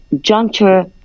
juncture